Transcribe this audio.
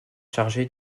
chargé